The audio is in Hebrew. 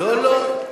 לא, לא.